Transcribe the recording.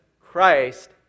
Christ